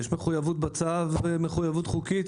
יש בצו מחויבות חוקית,